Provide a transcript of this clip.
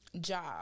job